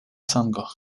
sango